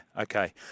okay